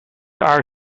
our